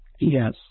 Yes